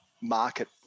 market